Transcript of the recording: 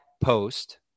post